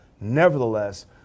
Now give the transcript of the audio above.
Nevertheless